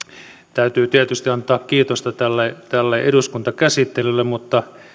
täytyy tietysti antaa kiitosta tälle tälle eduskuntakäsittelylle mutta